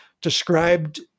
described